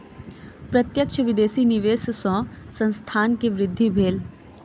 प्रत्यक्ष विदेशी निवेश सॅ संस्थान के वृद्धि भेल